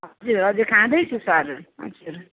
हजुर हजुर खाँदैछु सर हजुर